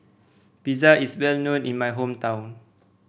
pizza is well known in my hometown